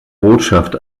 botschaft